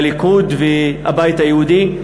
הליכוד והבית היהודי?